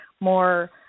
more